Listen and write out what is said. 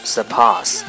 surpass